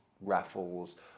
raffles